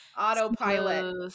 autopilot